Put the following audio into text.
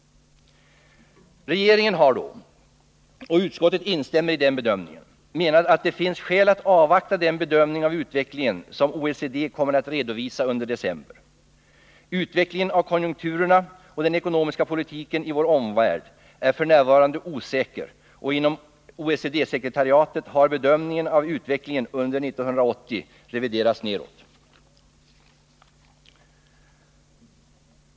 Regeringen har då, och utskottet instämmer i den uppfattningen, menat att det finns skäl att avvakta den bedömning av utvecklingen som OECD kommer att redovisa under december. Utvecklingen av konjunkturerna och den ekonomiska politiken i vår omvärld är f. n. osäker, och inom OECD sekretariatet har bedömningen av utvecklingen under 1980 reviderats nedåt.